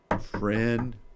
friend